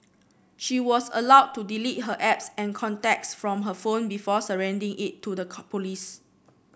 she was allowed to delete her apps and contacts from her phone before surrendering it to the police